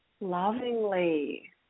lovingly